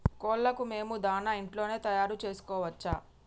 కోళ్లకు మేము దాణా ఇంట్లోనే తయారు చేసుకోవచ్చా?